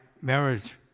marriage